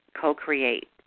co-create